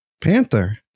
Panther